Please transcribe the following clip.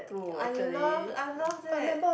I love I love that